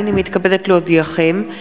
הנני מתכבדת להודיעכם,